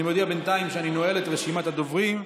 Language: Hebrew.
מודיע בינתיים שאני נועל את רשימת הדוברים.